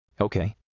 Okay